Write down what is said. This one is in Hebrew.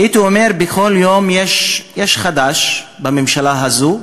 הייתי אומר שבכל יום יש חדש בממשלה הזו: